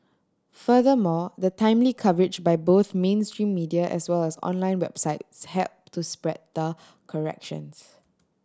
furthermore the timely coverage by both mainstream media as well as online websites help to spread the corrections